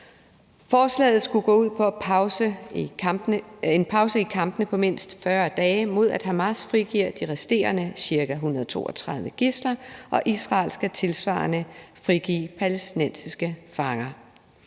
Forslaget skulle gå ud på en pause i kampene på mindst 40 dage, mod at Hamas frigiver de resterende ca. 132 gidsler, og Israel skal tilsvarende frigive palæstinensiske fanger.